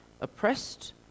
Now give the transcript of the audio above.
oppressed